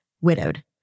widowed